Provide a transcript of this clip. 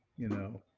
you know,